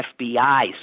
FBI